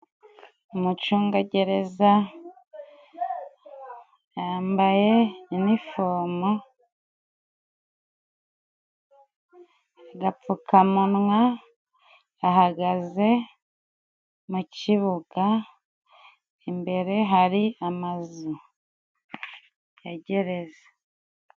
Umucungagereza, yambaye inifomu, agapfukamunwa ahagaze mu kibuga imbere hari amazu yagereza.